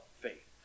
faith